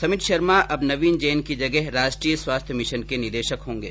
समित शर्मा अब नवीन जैन की की जगह राष्ट्रीय स्वास्थ्य मिशन के मिशन निदेशक होंगे